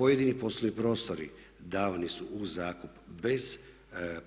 Pojedini poslovni prostori davani su u zakup bez